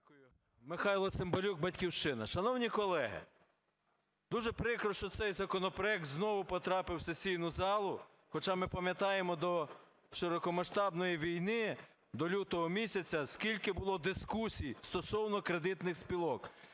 Михайло Цимбалюк, "Батьківщина". Шановні колеги, дуже прикро, що цей законопроект знову потрапив у сесійну залу, хоча ми пам'ятаємо, до широкомасштабної війни, до лютого місяця скільки було дискусій стосовно кредитних спілок.